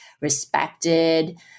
respected